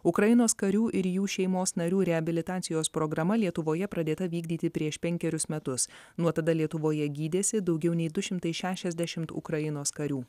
ukrainos karių ir jų šeimos narių reabilitacijos programa lietuvoje pradėta vykdyti prieš penkerius metus nuo tada lietuvoje gydėsi daugiau nei du šimtai šešiasdešimt ukrainos karių